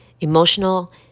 emotional